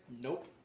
Nope